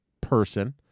person